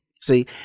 See